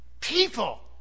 people